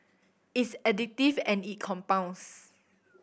it's additive and it compounds